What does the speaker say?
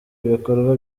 ibikorwa